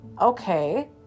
Okay